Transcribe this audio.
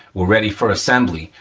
we're ready for assembly.